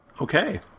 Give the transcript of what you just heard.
Okay